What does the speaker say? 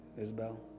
Isabel